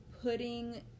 putting